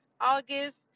august